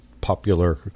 popular